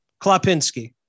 Klapinski